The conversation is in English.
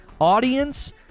audience